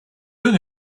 doing